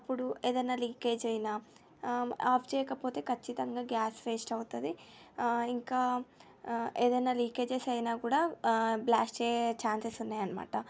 అప్పుడు ఏదన్నా లీకేజ్ అయినా ఆఫ్ చేయకపోతే ఖచ్చితంగా గ్యాస్ వేస్ట్ అవుతుంది ఇంకా ఏదన్నా లీకేజెస్ అయినా కూడా బ్లాస్ట్ అయ్యే ఛాన్సస్ ఉంన్నాయన్నమాట